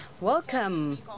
Welcome